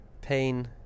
pain